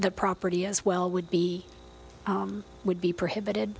the property as well would be would be prohibited